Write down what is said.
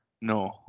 No